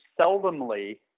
seldomly –